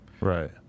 Right